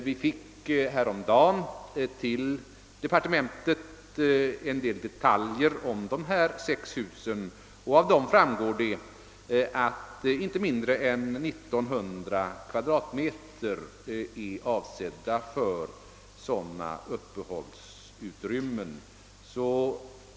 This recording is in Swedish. Vi fick häromdagen till departementet en del detaljer om dessa hus, och därav framgår att inte mindre än 1900 kvm är avsedda för sådana uppehållsutrymmen.